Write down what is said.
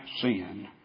sin